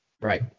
right